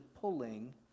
pulling